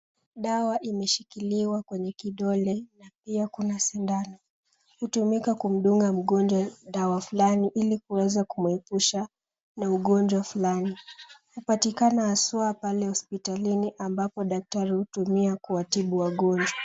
Dawa imeshikiliwa kwenye kidole na pia kuna sindano. Hutumika kumdunga mgonjwa dawa fulani ili kuweza kumuepusha na ugonjwa fulani. Hupatikana haswa pale hospitalini ambapo daktari hutumia kuwatibu wagonjwa.